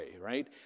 right